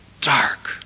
dark